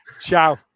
Ciao